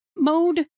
Mode